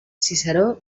ciceró